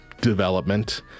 development